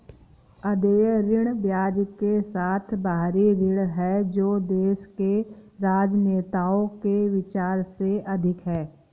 अदेय ऋण ब्याज के साथ बाहरी ऋण है जो देश के राजनेताओं के विचार से अधिक है